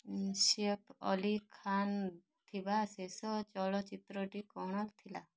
ସୈଫ୍ ଅଲୀ ଖାନ୍ ଥିବା ଶେଷ ଚଳଚ୍ଚିତ୍ରଟି କଣ ଥିଲା